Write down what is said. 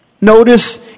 Notice